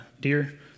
deer